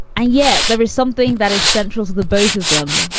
and yet there is something that is central to the both of them.